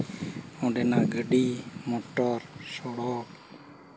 ᱚᱸᱰᱮᱱᱟᱜ ᱜᱟᱹᱰᱤ ᱢᱚᱴᱚᱨ ᱥᱚᱲᱚᱠ